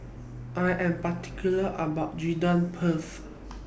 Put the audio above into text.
I Am particular about Gudeg Putih